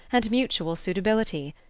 and mutual suitability.